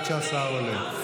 עד שהשר עולה.